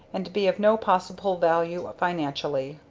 and be of no possible value financially.